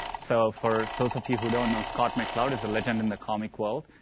so for those of you who don't know, scott mccloud is a legend in the comic world.